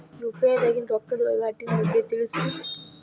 UPI ದಾಗಿನ ರೊಕ್ಕದ ವಹಿವಾಟಿನ ಬಗ್ಗೆ ತಿಳಸ್ರಿ